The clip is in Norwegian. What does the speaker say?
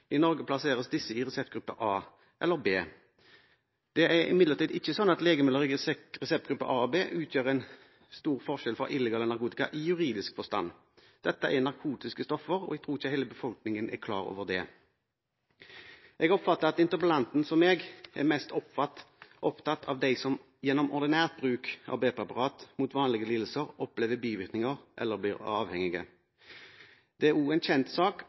I Norge plasseres disse i reseptgruppe A eller B. Det er imidlertid ikke sånn at legemidler i reseptgruppe A og B utgjør en stor forskjell fra illegal narkotika i juridisk forstand. Dette er narkotiske stoffer, og jeg tror ikke hele befolkningen er klar over det. Jeg oppfatter at interpellanten er – som jeg – mest opptatt av dem som gjennom ordinært bruk av B-preparater mot vanlige lidelser opplever bivirkninger eller blir avhengige. Det er også en kjent sak